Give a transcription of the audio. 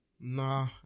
Nah